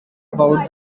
about